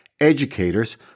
educators